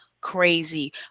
crazy